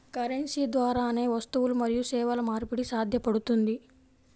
currency ద్వారానే వస్తువులు మరియు సేవల మార్పిడి సాధ్యపడుతుంది